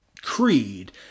creed